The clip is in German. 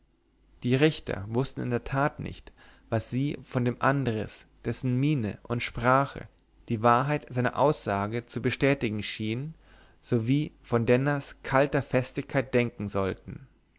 die richter wußten in der tat nicht was sie von dem andres dessen miene und sprache die wahrheit seiner aussage zu bestätigen schien sowie von denners kalter festigkeit denken sollten